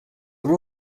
are